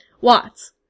Watts